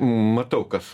matau kas